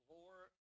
Lord